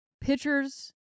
Pitchers